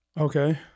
Okay